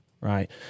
right